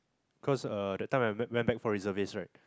cause uh that time I went went back from reservist right